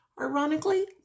Ironically